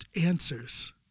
answers